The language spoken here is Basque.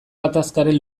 gatazkaren